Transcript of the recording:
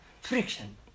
friction